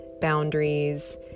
boundaries